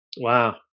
Wow